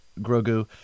Grogu